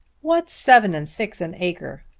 what's seven and six an acre?